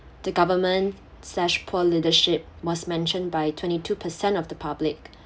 the government slash poor leadership was mentioned by twenty two per cent of the public